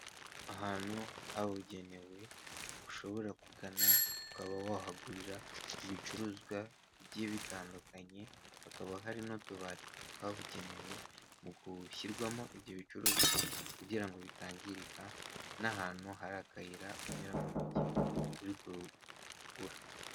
Ahantu habugenewe ushobora kugana ukaba wahagurira ibicuruzwa bigihe bitandukanye hakaba hari n'utubati twabugenewe gushyirwamo ibyo bicuruzwa kugira ngo bitangirika n'ahantu hari akayira unyura mu migihe uri kugura.